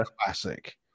classic